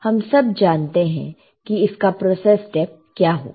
हम सब जानते हैं कि इसका प्रोसेस स्टेप क्या होगा